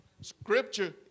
Scripture